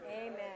Amen